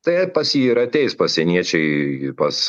tai pas jį ir ateis pasieniečiai pas